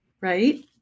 Right